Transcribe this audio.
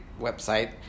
website